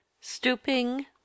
Stooping